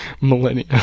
millennia